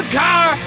car